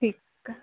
ठीकु